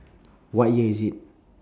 what year is it